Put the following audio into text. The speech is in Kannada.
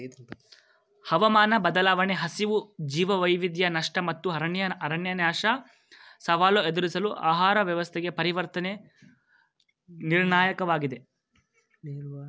ಹವಾಮಾನ ಬದಲಾವಣೆ ಹಸಿವು ಜೀವವೈವಿಧ್ಯ ನಷ್ಟ ಮತ್ತು ಅರಣ್ಯನಾಶ ಸವಾಲು ಎದುರಿಸಲು ಆಹಾರ ವ್ಯವಸ್ಥೆಗೆ ಪರಿವರ್ತನೆ ನಿರ್ಣಾಯಕವಾಗಿದೆ